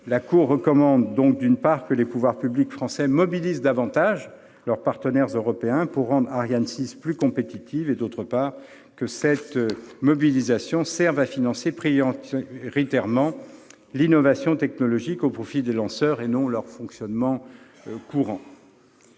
La Cour recommande donc, d'une part, que les pouvoirs publics français mobilisent davantage leurs partenaires européens pour rendre Ariane 6 plus compétitive et, d'autre part, que cette mobilisation serve à financer prioritairement l'innovation technologique au profit des lanceurs, et non leur fonctionnement courant.